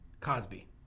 cosby